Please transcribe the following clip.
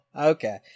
Okay